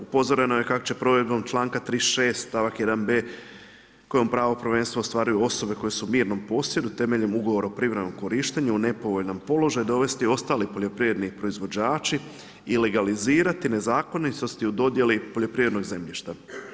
Upozoreno je kako će provedbom članka 36. stavak 1.b kojom pravo prvenstva ostvaruju osobe koje su u mirnom posjedu temeljem ugovora o privremenom korištenju u nepovoljnom položaju dovesti ostali poljoprivredni proizvođači i legalizirati nezakonitosti u dodjeli poljoprivrednog zemljišta.